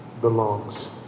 belongs